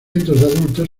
adultos